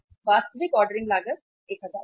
वास्तविक ऑर्डरिंग लागत 1000 थी